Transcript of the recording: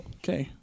okay